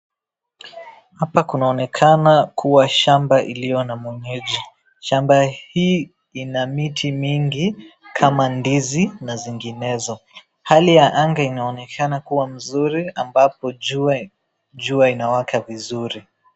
Hapa kunaonekana kuwa shamba iliyo na mwenyeji. Shamba hii ina miti mingi kama ndizi na zinginezo. Hali ya anga inaonekana kuwa mzuri ambapo jua inawaka vizuri.